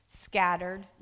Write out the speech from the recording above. scattered